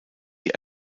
die